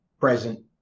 present